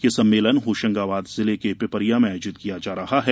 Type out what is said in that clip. यह सम्मेलन होशंगाबाद जिले के पिपरिया में आयोजित किया जा रहा है